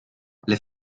les